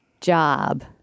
job